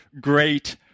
great